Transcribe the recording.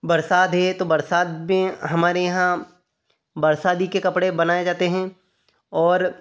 बरसात है तो बरसात बे हमारे यहाँ बरसाती के कपड़े बनाए जाते हैं और